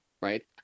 right